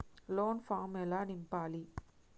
Loan form ఎలా నింపాలి?